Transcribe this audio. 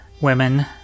women